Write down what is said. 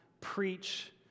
preach